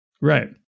right